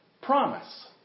promise